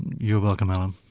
you're welcome, alan.